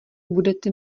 budete